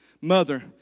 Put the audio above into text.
mother